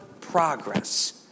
progress